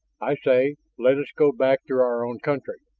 i say let us go back to our own country.